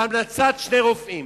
בהמלצת שני רופאים,